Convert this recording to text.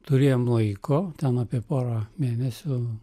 turėjom laiko ten apie porą mėnesių